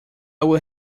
will